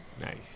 Nice